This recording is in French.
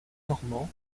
normand